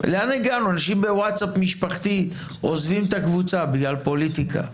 אנשים בווטסאפ משפחתי עוזבים את הקבוצה בגלל פוליטיקה.